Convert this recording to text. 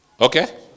Okay